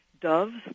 Doves